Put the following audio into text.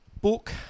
book